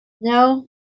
no